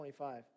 25